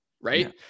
right